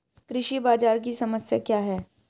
कृषि बाजार की समस्या क्या है?